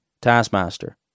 taskmaster